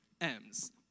M's